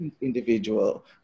individual